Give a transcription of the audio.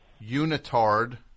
unitard